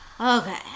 okay